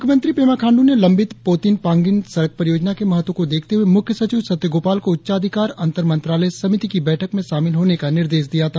मुख्यमंत्री पेमा खाण्ड्र ने लंबित पोतिन पांगिंन सड़क परियोजना के महत्व को देखते हुए मुख्य सचिव सत्य गोपाल को उच्चाधिकार अंतर मंत्रालय समिति की बैठक में शामिल होने का निर्देश दिया था